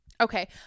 okay